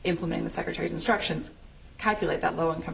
implementing the secretary's instructions calculate that low income